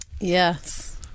Yes